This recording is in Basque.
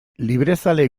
librezale